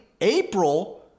April